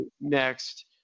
next